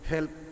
Help